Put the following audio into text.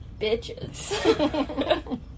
bitches